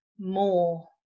more